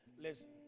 Listen